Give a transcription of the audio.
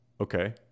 okay